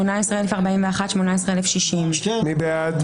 17,681 עד 17,700. מי בעד?